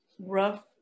rough